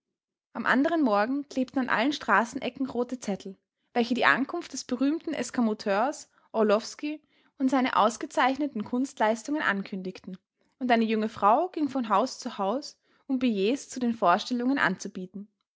am anderen morgen klebten an allen straßenecken rote zettel welche die ankunft des berühmten eskamoteurs orlowsky und seine ausgezeichneten kunstleistungen ankündigten und eine junge frau ging von haus zu haus um billets zu den vorstellungen anzubieten